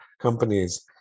companies